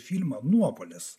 filmą nuopuolis